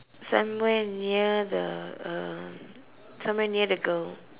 somewhere near the uh somewhere near the girl